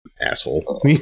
asshole